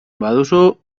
baduzu